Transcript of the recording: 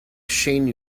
shane